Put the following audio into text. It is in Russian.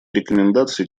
рекомендаций